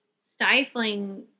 stifling